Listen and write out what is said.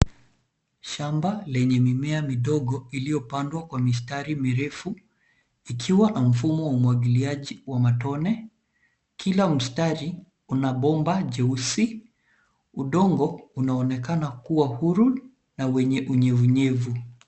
Shamba lenye mimea midogo iliyo pandwa kwa mistari mirefu ikiwa na mfumo wa umwigiliaji wa matone. Kila mstari una bomba jeusi. Udongo unaonekana kuwa huru na wenye unyevuunyevu.